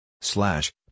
Slash